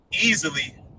easily